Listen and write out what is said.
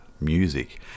music